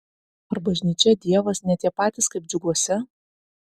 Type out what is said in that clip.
ar bažnyčia dievas ne tie patys kaip džiuguose